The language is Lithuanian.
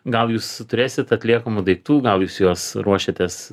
gal jūs turėsit atliekamų daiktų gal jūs juos ruošiatės